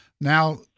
Now